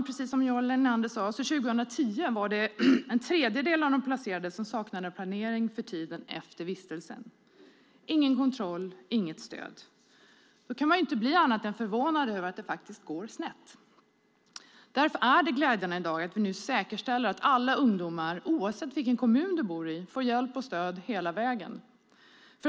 Precis som Johan Linander sade saknade en tredjedel av de placerade 2010 planering för tiden efter vistelsen. Det fanns ingen kontroll och inget stöd. Då kan man inte bli förvånad över att det går snett. Därför är det glädjande att vi nu säkerställer att alla ungdomar, oavsett vilken kommun de bor i, får hjälp och stöd hela vägen.